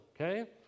okay